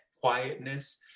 quietness